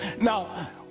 Now